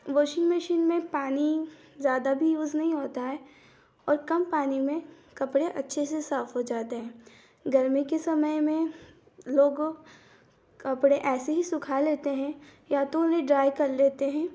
washing machine में पानी ज्यादा भी यूज़ नहीं होता है और कम पानी में कपड़े अच्छे से साफ हो जाते हैं गर्मी के समय में लोग कपड़े ऐसे ही सुखा लेते हैं या तो उन्हें ड्राई कर लेते हैं